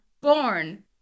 born